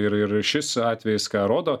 ir ir šis atvejis ką rodo